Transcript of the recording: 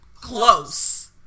close